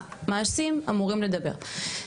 המעשים אמורים לדבר,